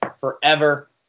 forever